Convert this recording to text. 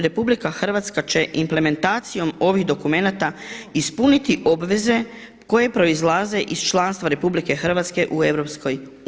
RH će implementacijom ovih dokumenata ispuniti obveze koje proizlaze iz članstva RH u EU.